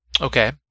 okay